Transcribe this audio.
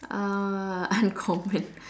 uh uncommon